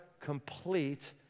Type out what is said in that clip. complete